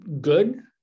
good